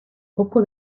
poco